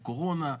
משמעתית.